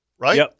Right